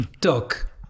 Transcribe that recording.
talk